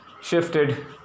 Shifted